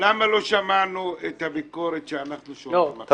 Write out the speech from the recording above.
למה לא שמענו את הביקורת שאנחנו שומעים עכשיו?